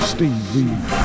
Steve